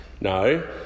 no